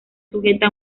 sujeta